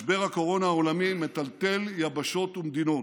משבר הקורונה העולמי מטלטל יבשות ומדינות,